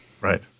right